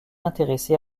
intéressé